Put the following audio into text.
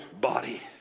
body